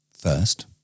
First